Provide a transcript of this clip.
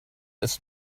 ist